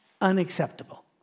Unacceptable